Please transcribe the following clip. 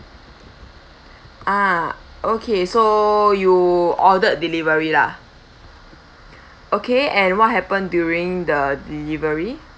okay so you ordered delivery lah okay and what happened during the delivery